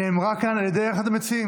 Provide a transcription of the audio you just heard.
נאמרה כאן על ידי אחד המציעים.